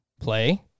play